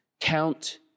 Count